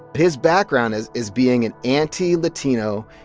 his background is is being an anti-latino,